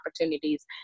opportunities